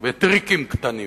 וטריקים קטנים,